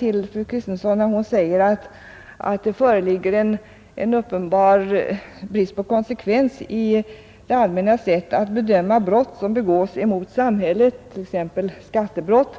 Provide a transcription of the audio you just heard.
Fru Kristensson sade att det föreligger en uppenbar brist på konsekvens mellan det allmännas sätt att bedöma brott som begås mot samhället, t.ex. skattebrott,